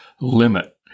limit